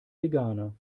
veganer